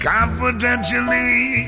Confidentially